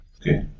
Okay